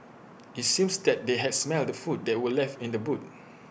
IT seems that they had smelt the food that were left in the boot